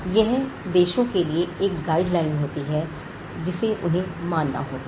यह एक देशों के लिए एक गाइड लाइन होती है जिसे उन्हें मानना होता है